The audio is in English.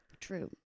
True